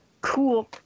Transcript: Cool